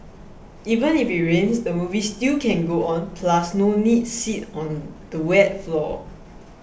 even if it rains the movie still can go on plus no need sit on the wet floor